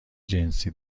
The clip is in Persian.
جنسی